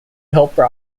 helper